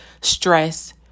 stress